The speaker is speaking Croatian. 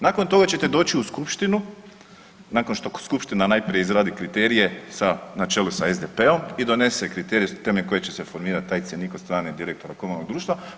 Nakon toga ćete doći u Skupštinu, nakon što Skupština najprije izradi kriterije na čelu sa SDP-om i donese kriterije temeljem kojeg će se formirati taj cjenik od strane direktora komunalnog društva.